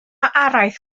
araith